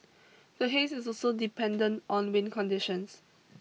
the haze is also dependent on wind conditions